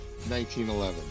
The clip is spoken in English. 1911